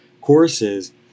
courses